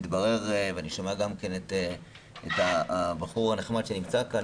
ואני שומע גם את הבחור הנחמד שנמצא כאן,